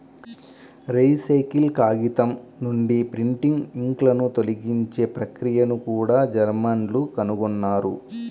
recycle కాగితం నుండి printing ఇంక్లను తొలగించే ప్రక్రియను కూడా జర్మన్లు కనుగొన్నారు